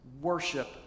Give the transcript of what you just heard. Worship